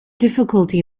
difficulty